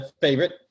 favorite